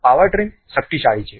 power trim શક્તિશાળી છે